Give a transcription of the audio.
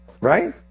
right